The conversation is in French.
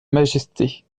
majesté